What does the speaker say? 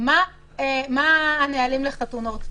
מה הנהלים לחתונות.